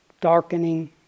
darkening